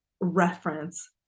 reference